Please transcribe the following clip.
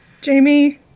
Jamie